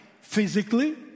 Physically